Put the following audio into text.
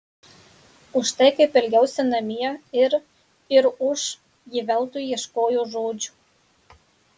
už tai kaip elgiausi namie ir ir už ji veltui ieškojo žodžių